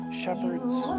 shepherd's